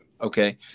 Okay